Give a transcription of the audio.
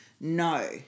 no